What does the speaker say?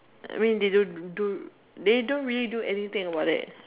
I mean they don't do they don't really do anything about it